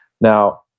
Now